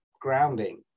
grounding